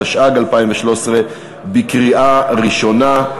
התשע"ג 2013, בקריאה ראשונה.